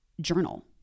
journal